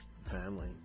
family